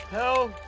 oh